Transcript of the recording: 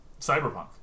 Cyberpunk